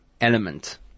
element